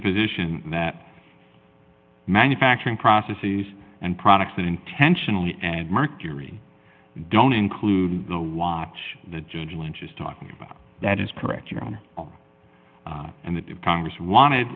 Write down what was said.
the position that manufacturing processes and products that intentionally and mercury don't include the watch that judge lynch is talking about that is correct your honor and that if congress wanted